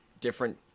different